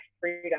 freedom